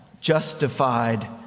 justified